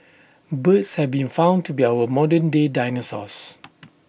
birds have been found to be our modern day dinosaurs